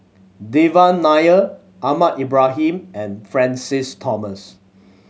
Devan Nair Ahmad Ibrahim and Francis Thomas